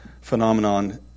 phenomenon